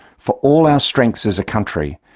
for all our strengths as a country,